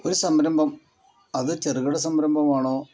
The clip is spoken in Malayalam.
ഒരു സംരംഭം അത് ചെറുകിട സംരംഭമാണോ